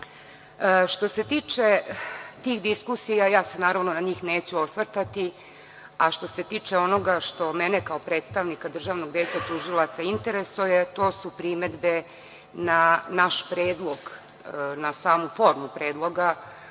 se tiče tih diskusija, ja se na njih neću osvrtati. A, što se tiče onoga što mene kao predstavnika Državnog veća tužilaca interesuje, to su primedbe na naš predlog, na samu formu predloga